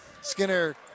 skinner